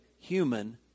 human